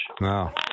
Wow